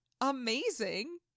amazing